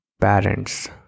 parents